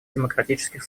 демократических